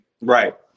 Right